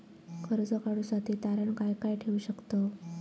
कर्ज काढूसाठी तारण काय काय ठेवू शकतव?